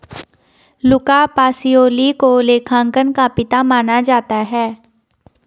लुका Pacioli को लेखांकन का पिता माना जाता है